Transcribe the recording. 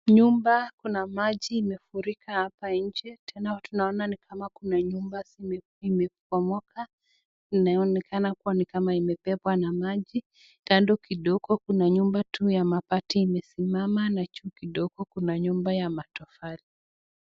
Nyumba kuna maji imefurika hapa nje, tena tunaona ni kama kuna nyumba zimebomoka, inayoonekana kuwa ni kama imebebwa na maji, kando kidogo kuna nyumba tu ya mabati imesimama na juu kidogo kuna nyumba ya matofali.